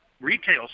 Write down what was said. retail